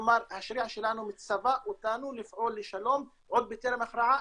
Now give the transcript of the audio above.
כלומר השריעה שלנו מצווה אותנו לפעול לשלום עוד בטרם ההכרעה,